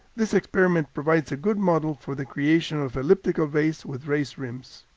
this experiment provides a good model for the creation of elliptical bays with raised rims.